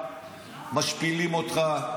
משפילים אותך,